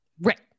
Right